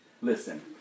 Listen